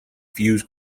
fuse